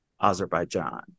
Azerbaijan